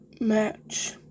match